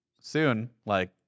soon—like